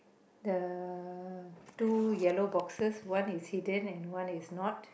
the two yellow boxes one is hidden and one is not